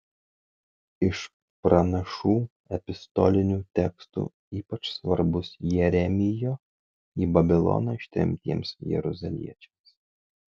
iš pranašų epistolinių tekstų ypač svarbus jeremijo į babiloną ištremtiems jeruzaliečiams